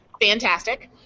Fantastic